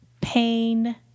pain